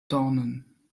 dornen